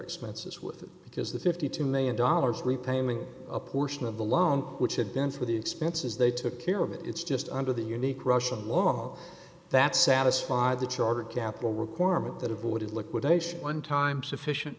expenses with because the fifty two million dollars repayment a portion of the loan which had been for the expenses they took care of it's just under the unique russian law that satisfied the charter capital requirement that avoided liquidation one time sufficient